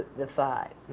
the five.